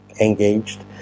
engaged